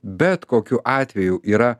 bet kokiu atveju yra